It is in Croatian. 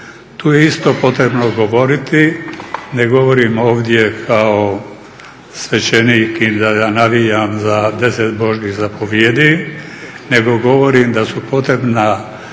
Tu je isto potrebno govoriti, ne govorim ovdje kao svećenik i da navijam za 10 Božjih zapovijedi, nego govorim da su potrebna